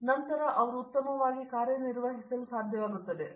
ವಿಶ್ವನಾಥನ್ ನಂತರ ಅವರು ಉತ್ತಮವಾಗಿ ಕಾರ್ಯನಿರ್ವಹಿಸಲು ಸಾಧ್ಯವಾಗುತ್ತದೆ